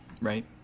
right